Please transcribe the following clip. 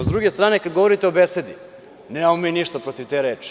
Sa druge strane, kada govorite o besedi, nemamo mi ništa protiv te reči.